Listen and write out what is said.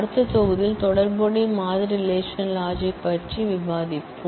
அடுத்த விரிவுரையில் relational model relational logic பற்றி விவாதிப்போம்